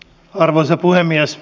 arvoisa puhemies